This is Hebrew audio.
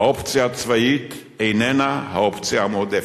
האופציה הצבאית איננה האופציה המועדפת.